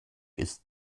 ist